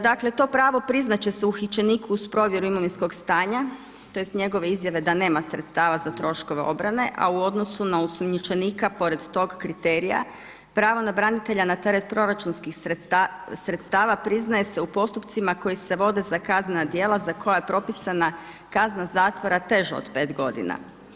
Dakle to pravo priznati će se uhićeniku uz provjeru imovinskog stanja tj. njegove izjave da nema sredstava za troškove obrane a u odnosu na osumnjičenika pored tog kriterija pravo na branitelja na teret proračunskih sredstava priznaje se u postupcima koji se vode za kaznena djela za koje je propisana kazna zatvora teža od 5 godina.